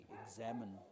examine